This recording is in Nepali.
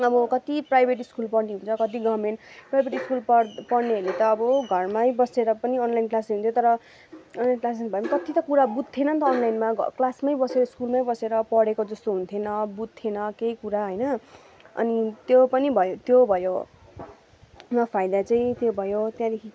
अब कति प्राइभेट स्कुल पढ्नेहरू छ कति गभर्मेन्ट प्राइभेट स्कुल पढ पढ्नेहरूले त अब घरमै बसेर पनि अनलाइन क्लास हुन्थ्यो तर अनलाइन क्लास भए कति त कुरा बुझ्थेनन् त अनलाइनमा घ क्लासमै बसेर स्कुलमै बसेर पढेको जस्तो हुन्थेन बुझ्थेन केही कुरा होइन अनि त्यो पनि भयो त्यो भयो न फाइदा चाहिँ त्यो भयो त्यहाँदेखि